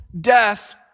death